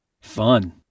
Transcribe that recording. fun